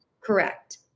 Correct